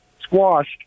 squashed